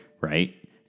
right